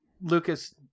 Lucas